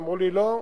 אמרו לי, לא,